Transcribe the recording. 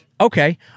okay